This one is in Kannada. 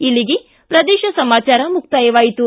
ಇಲ್ಲಿಗೆ ಪ್ರದೇಶ ಸಮಾಚಾರ ಮುಕ್ತಾಯವಾಯಿತು